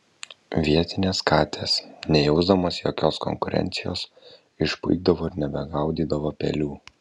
vietinės katės nejausdamos jokios konkurencijos išpuikdavo ir nebegaudydavo pelių